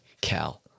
cal